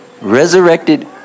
resurrected